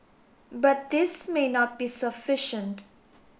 but this may not be sufficient